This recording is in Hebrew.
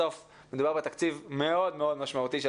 בסוף מדובר בתקציב מאוד מאוד משמעותי של